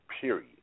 Period